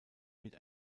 mit